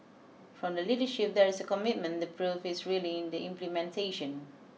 from the leadership there is a commitment the proof is really in the implementation